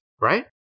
right